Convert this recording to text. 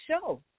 show